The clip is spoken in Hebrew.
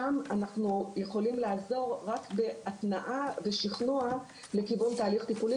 שם אנחנו יכולים לעזור רק בהתנעה ושכנוע לכיוון תהליך טיפולי,